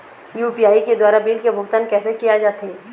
UPI के द्वारा bill के भुगतान कैसे किया जाथे?